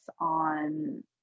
on